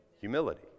Humility